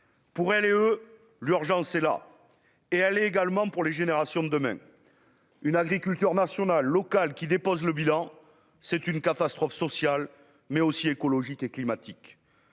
pour elle et eux, l'urgence est là et elle également pour les générations de demain, une agriculture national local qui dépose le bilan, c'est une catastrophe sociale, mais aussi écologique et climatique